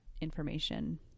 information